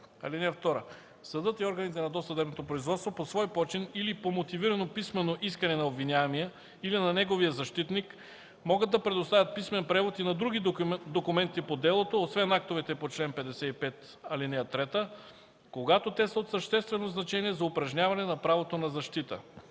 ал. 3. (2) Съдът и органите на досъдебното производство по свой почин, или по мотивирано писмено искане на обвиняемия или на неговия защитник могат да предоставят писмен превод и на други документи по делото, освен актовете по чл. 55, ал. 3, когато те са от съществено значение за упражняване на правото на защита.